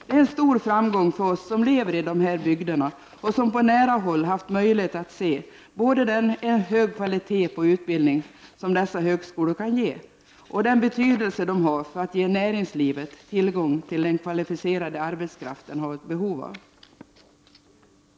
Det är en stor framgång för oss som lever i dessa bygder och som på nära håll haft möjlighet att se både den höga kvalitet på utbildning som dessa högskolor kan ge och den betydelse de har för att ge näringslivet tillgång till den kvalificerade arbetskraft som den har behov av.